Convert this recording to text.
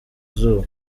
izuba